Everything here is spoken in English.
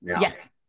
Yes